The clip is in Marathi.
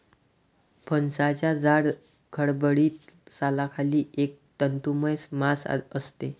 फणसाच्या जाड, खडबडीत सालाखाली एक तंतुमय मांस असते